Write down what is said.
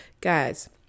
Guys